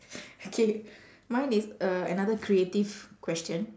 okay mine is a another creative question